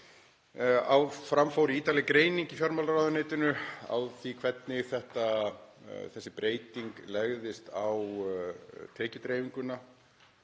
Fram fór ítarleg greining í fjármálaráðuneytinu á því hvernig þessi breyting legðist á tekjudreifinguna